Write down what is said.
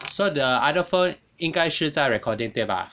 so the other phone 应该是在 recording 对吧